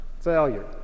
failure